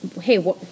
hey